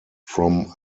from